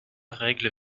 règle